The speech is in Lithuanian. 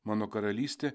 mano karalystė